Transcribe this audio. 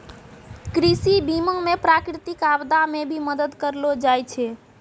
कृषि बीमा मे प्रकृतिक आपदा मे भी मदद करलो जाय छै